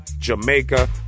Jamaica